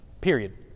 period